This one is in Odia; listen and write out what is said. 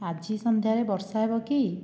ଆଜି ସନ୍ଧ୍ୟାରେ ବର୍ଷା ହେବ କି